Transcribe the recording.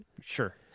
sure